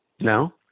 No